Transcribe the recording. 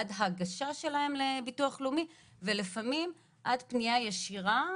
עד ההגשה שלהם לביטוח לאומי ולפעמים עד פניה ישירה,